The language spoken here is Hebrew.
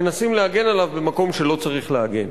מנסים להגן עליו במקום שלא צריך להגן.